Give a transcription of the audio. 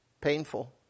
painful